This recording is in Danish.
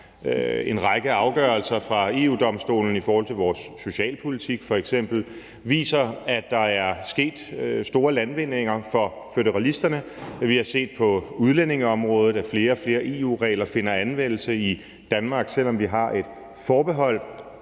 en række afgørelser fra EU-Domstolen i forhold til vores socialpolitik, at der er sket store landvindinger for føderalisterne. Vi har set på udlændingeområdet, at flere og flere EU-regler finder anvendelse i Danmark, selv om vi har et forbehold.